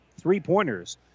three-pointers